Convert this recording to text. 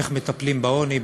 איך מטפלים בעוני,